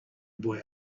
boy